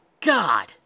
God